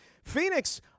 Phoenix